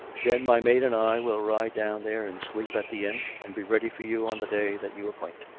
then my maid and i will ride down there and sleep at the inn, and be ready for you on the day that you appoint.